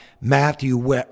Matthew